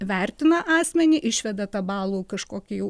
vertina asmenį išveda tą balų kažkokį jau